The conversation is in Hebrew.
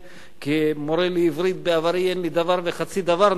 כמורה לעברית בעברי אין לי דבר וחצי דבר נגדה,